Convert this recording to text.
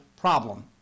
problem